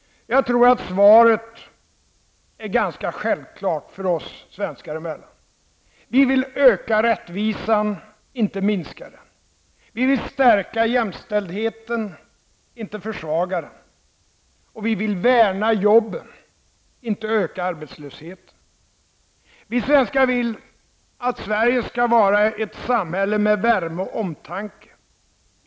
Jag tror att svaret är ganska självklart, oss svenskar emellan. Vi vill öka rättvisan, inte minska den. Vi vill stärka jämställdheten, inte försvaga den. Vi vill värna jobben, inte öka arbetslösheten. Vi svenskar vill att Sverige skall vara ett samhälle med värme och omtanke.